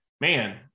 man